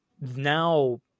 now